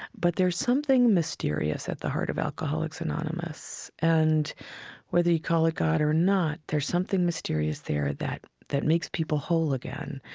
but there's something mysterious at the heart of alcoholics anonymous, and whether you call it god or not, there's something mysterious there that that makes people whole again.